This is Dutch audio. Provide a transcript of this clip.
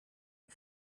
een